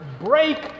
break